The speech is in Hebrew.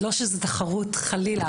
לא שזה תחרות חלילה.